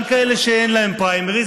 גם כאלה שאין להם פריימריז.